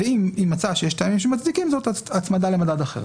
ואם היא מצאה שיש טעמים שמצדיקים זאת הצמדה למדד אחר.